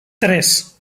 tres